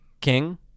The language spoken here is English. king